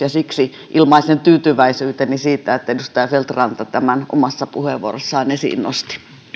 siksi ilmaisen tyytyväisyyteni siitä että edustaja feldt ranta tämän omassa puheenvuorossaan esiin nosti